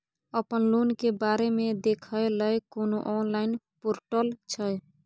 अपन लोन के बारे मे देखै लय कोनो ऑनलाइन र्पोटल छै?